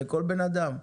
לכל בנאדם,